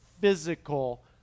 physical